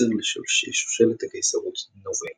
נצר לשושלת הקיסרות נוון.